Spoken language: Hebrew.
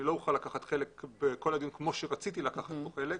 אני לא אוכל לקחת חלק בכל הדיון כמו שרציתי לקחת בו חלק,